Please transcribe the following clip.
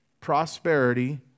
prosperity